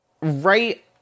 Right